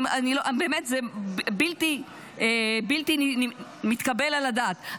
זה באמת בלתי מתקבל על הדעת.